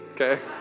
okay